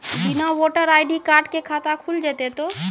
बिना voter ID card के खाता खुल जैते तो?